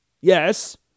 Yes